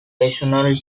rational